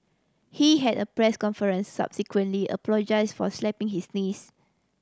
he had a press conference subsequently apologise for slapping his niece